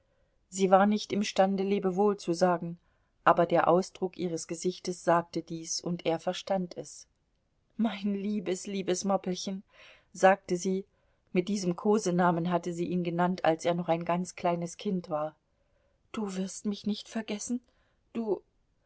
sie war nicht imstande lebewohl zu sagen aber der ausdruck ihres gesichtes sagte dies und er verstand es mein liebes liebes moppelchen sagte sie mit diesem kosenamen hatte sie ihn genannt als er noch ein ganz kleines kind war du wirst mich nicht vergessen du